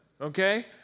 Okay